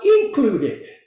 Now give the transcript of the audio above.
included